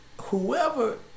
Whoever